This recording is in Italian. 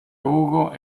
ugo